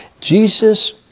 Jesus